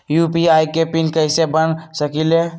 UPI के PIN कैसे बना सकीले?